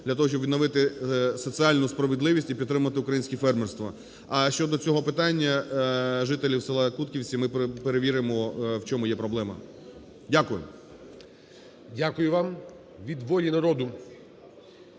для того, щоб відновити соціальну справедливість і підтримати українське фермерство. А щодо цього питання жителів села Кутківці, ми перевіримо, в чому є проблема. Дякую. ГОЛОВУЮЧИЙ. Дякую вам. Від "Волі народу"